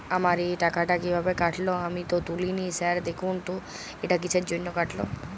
আমার এই টাকাটা কীভাবে কাটল আমি তো তুলিনি স্যার দেখুন তো এটা কিসের জন্য কাটল?